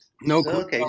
no